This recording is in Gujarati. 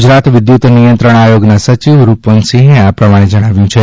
ગુજરાત વિધુત નિયંત્રણ આયોગના સચિવ રૂપવંતસિંહે આ પ્રમાણે જણાવ્યું છે